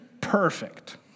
perfect